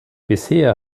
bisher